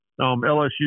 LSU